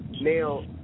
Now